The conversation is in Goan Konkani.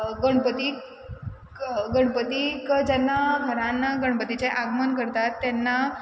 गणपती गणपतीक जेन्ना घरान गणपतीचें आगमन करतात तेन्ना